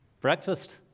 Breakfast